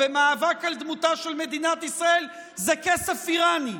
במאבק על דמותה של מדינת ישראל זה כסף איראני.